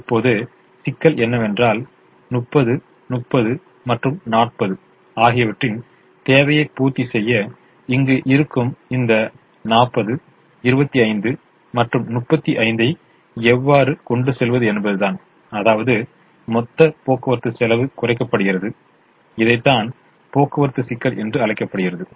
இப்போது சிக்கல் என்னவென்றால் 30 30 மற்றும் 40 ஆகியவற்றின் தேவையை பூர்த்தி செய்ய இங்கு இருக்கும் இந்த 40 25 மற்றும் 35 ஐ எவ்வாறு கொண்டு செல்வது என்பதுதான் அதாவது மொத்த போக்குவரத்து செலவு குறைக்கப்படுகிறது இதை தான் போக்குவரத்து சிக்கல் என்று அழைக்கப்படுகிறது